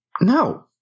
No